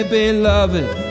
beloved